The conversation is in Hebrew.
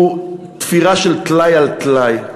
הוא תפירה של טלאי על טלאי.